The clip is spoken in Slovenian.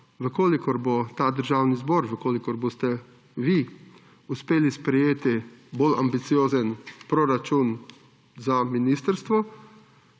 v kolikor bo Državni zbor, v kolikor boste vi uspeli sprejeti bolj ambiciozen proračun za ministrstvo